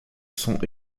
sont